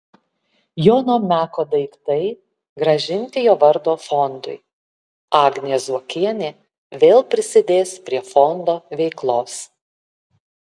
jono meko daiktai grąžinti jo vardo fondui agnė zuokienė vėl prisidės prie fondo veiklos